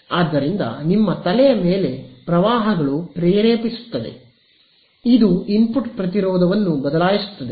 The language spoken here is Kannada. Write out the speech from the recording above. ಆದ್ದರಿಂದ ನಿಮ್ಮ ತಲೆಯ ಮೇಲೆ ಪ್ರವಾಹಗಳು ಪ್ರೇರೇಪಿಸುತ್ತದೆ ಇದು ಇನ್ಪುಟ್ ಪ್ರತಿರೋಧವನ್ನು ಬದಲಾಯಿಸುತ್ತದೆ